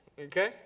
Okay